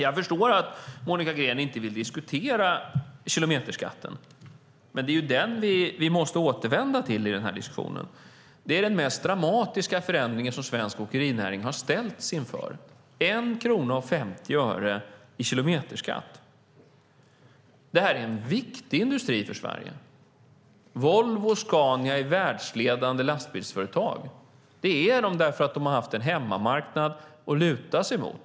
Jag förstår att Monica Green inte vill diskutera kilometerskatten, men det är den vi måste återvända till i denna diskussion. Det är den mest dramatiska förändring svensk åkerinäring har ställts inför - 1 krona och 50 öre i kilometerskatt. Detta är en viktig industri för Sverige. Volvo och Scania är världsledande lastbilsföretag. Det är de därför att de har haft en hemmamarknad att luta sig mot.